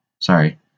Sorry